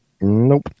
nope